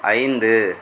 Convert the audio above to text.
ஐந்து